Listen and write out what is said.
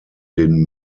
den